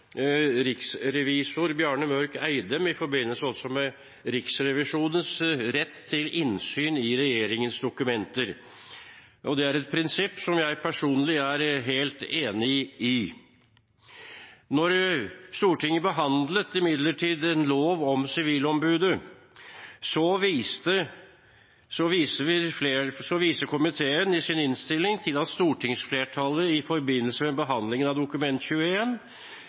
riksrevisor Bjarne Mørk-Eidem i forbindelse med Riksrevisjonens rett til innsyn i regjeringens dokumenter. Det er et prinsipp som jeg personlig er jeg helt enig i. Stortinget behandlet imidlertid en lov om Sivilombudet, og komiteen viser i sin innstilling til at stortingsflertallet i forbindelse med behandlingen av Dokument